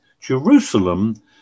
Jerusalem